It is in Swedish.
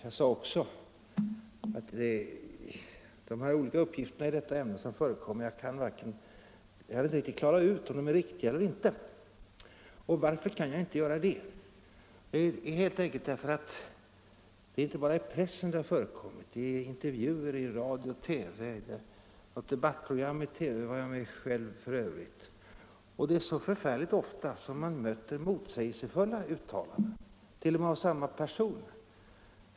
Det är inte bara i pressen som de har förekommit; de har också funnits i intervjuer i radio och TV -— i ett debattprogram i TV var jag f.ö. själv med. Jag sade att jag inte kan klara ut om de uppgifter som har förekommit är riktiga eller inte. Och varför kan jag inte göra det? Jo, det är så ofta som man möter motsägelsefulla uttalanden t.o.m. av samma person.